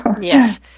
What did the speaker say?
yes